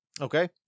Okay